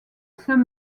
saint